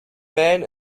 man